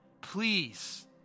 Please